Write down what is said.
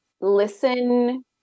listen